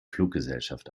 fluggesellschaft